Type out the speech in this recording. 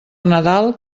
nadal